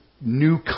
new